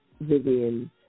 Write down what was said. Vivian